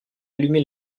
allumé